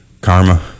karma